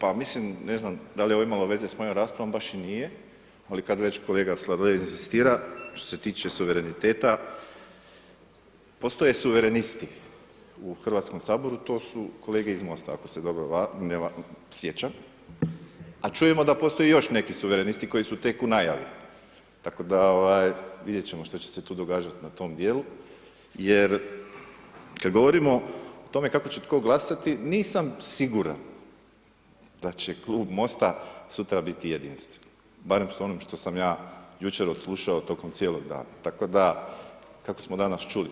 Pa mislim, ne znam dal i je ovo imalo veze s mojom raspravom, baš i nije, ali kad već kolega Sladoljev inzistira, što se tiče suvereniteta, postoje suverenisti u Hrvatskom saboru, to su kolege iz MOST-a ako se dobro sjećam, a čujemo da postoje još neki suverenisti koji su tek u najavi tako da vidjet ćemo što će se tu događati na tom dijelu jer kada govorimo o tome kako će tko glasati nisam siguran da će klub Mosta sutra biti jedinstven, barem ono što sam ja jučer odslušao tokom cijelog dana, kako smo danas čuli.